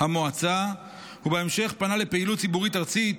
המועצה ובהמשך פנה לפעילות ציבורית ארצית,